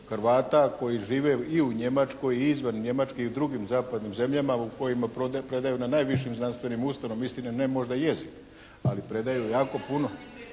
Hrvata koji žive i u Njemačkoj i izvan Njemačke i u drugim zapadnim zemljama u kojima predaju na najvišim znanstvenim ustanovama. Mislim da ne možda jezik, ali predaju jako puno,